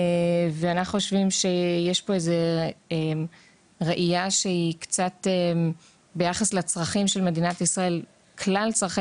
ואנחנו חושבים שיש פה איזה ראייה שביחס לכלל צרכי